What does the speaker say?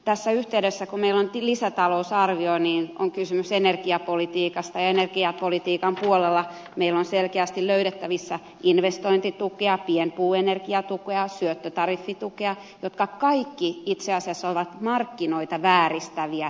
tässä yhteydessä kun meillä on lisätalousarvio on kysymys energiapolitiikasta ja energiapolitiikan puolella meillä on selkeästi löydettävissä investointitukea pienpuun energiatukea syöttötariffitukea jotka kaikki itse asiassa ovat markkinoita vääristäviä tukia